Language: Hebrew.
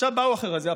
באו אחרי זה,